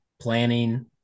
planning